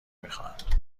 میخواهند